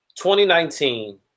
2019